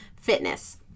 fitness